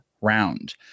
round